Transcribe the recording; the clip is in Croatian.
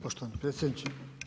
Poštovani predsjedniče.